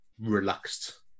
relaxed